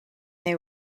they